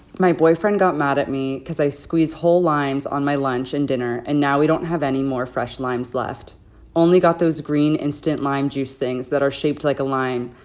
my boyfriend got mad at me because i squeeze whole limes on my lunch and dinner, and now we don't have any more fresh limes left only got those green instant lime juice things that are shaped like a lime.